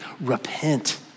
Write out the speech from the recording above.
repent